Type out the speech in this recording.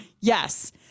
Yes